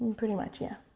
um pretty much, yeah.